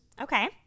Okay